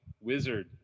wizard